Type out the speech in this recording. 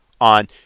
on